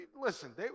listen